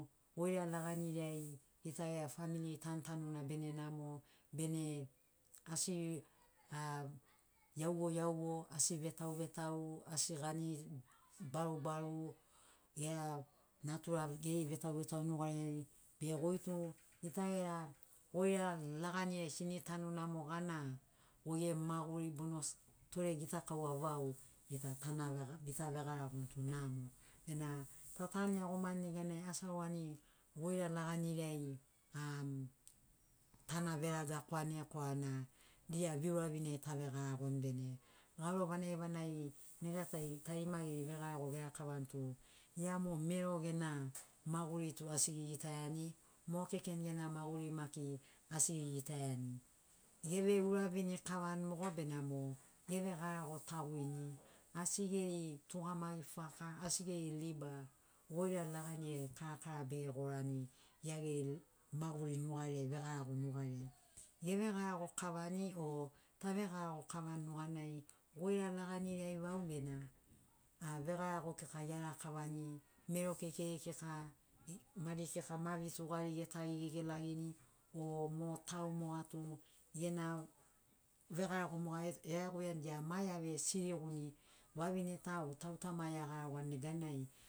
Goira laganiriai gita gera famili tantanuna bene namo bene asi iawoiawo asi vetauvetau asi gani barubaru gera natura geri vetauvetau nugariai be goitu gita gera goira laganiriai sini tanu namo gana goi gemu maguri bono se tore gitakaua vau gita tana vega bita vegaragoni tu namo bena ta tanu iagomani neganai asi aurani goira laganiriai am tana veragakwane korana dia viuravini ai tave garagoni bene garo vanagivanagi nega tari tarima geri vegarago erakavani tu gia mo mero gena maguri tu asi gegitaiani mo kekeni gena maguri maki asi gegitaiani geve guravini kavani mogo benamo evegarago tauwini asi geri tugamagi faka asi geri liba goira laganiriai karakara be gorani gia geri maguri nugariai vegarago nugariai gevegarago kavani o tavegarago kavani nuganai goira laganiriai vau bena a vegarago kika gerakavani mero keikeiri kika madi kika ma vetugari etagi gegelagini o mo tau moga tu gena vegarago moga eaguiani gia ma ea gesiriuni vavine ta o tauta ma eagaragoani neganai